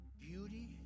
Beauty